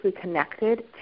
connected